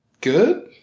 good